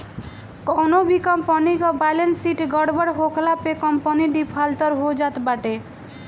कवनो भी कंपनी कअ बैलेस शीट गड़बड़ होखला पे कंपनी डिफाल्टर हो जात बाटे